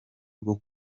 bwo